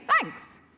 thanks